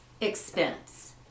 expense